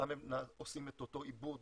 שם הם עושים את אותו עיבוד,